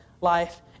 life